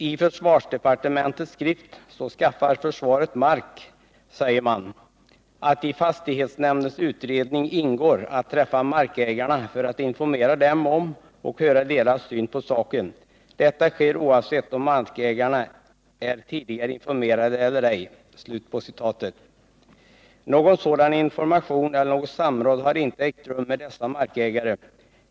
I försvarsdepartementets skrift Så skaffar försvaret mark säger man ”att i fastighetsnämndens utredning ingår att träffa markägarna för att informera dem och höra deras syn på saken. Detta sker oavsett om markägarna är Någon sådan information eller något samråd har inte ägt rum med dessa markägare.